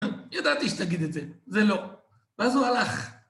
ידעתי שתגיד את זה, זה לא, ואז הוא הלך.